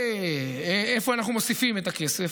ואיפה אנחנו מוסיפים את הכסף,